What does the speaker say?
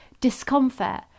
discomfort